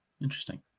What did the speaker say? interesting